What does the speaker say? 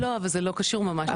לא, אבל זה לא קשור ממש לא.